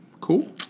Cool